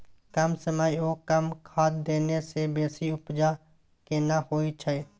कम समय ओ कम खाद देने से बेसी उपजा केना होय छै?